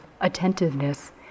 attentiveness